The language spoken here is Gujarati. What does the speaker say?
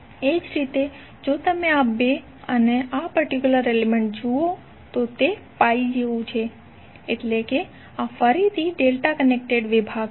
એ જ રીતે જો તમે આ 2 અને આ પર્ટિક્યુલર એલિમેન્ટ્ જુઓ તો તે પાઇ જેવુ છે એટલે કે આ ફરીથી ડેલ્ટા કનેક્ટેડ વિભાગ છે